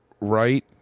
right